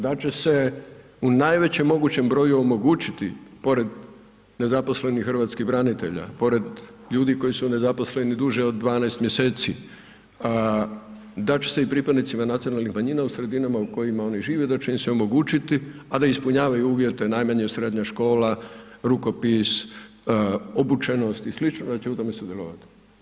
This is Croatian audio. Da će se u najvećem mogućem broju omogućiti pored nezaposlenih hrvatskih branitelja, pored ljudi koji su nezaposleni duže od 12 mj., da će se i pripadnicima nacionalnih manjina u sredinama u kojima oni žive, da će im se omogućiti a da ispunjavaju uvjete najmanje srednja škola, rukopis, obučenost i sl., da će u tome sudjelovati.